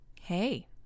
Hey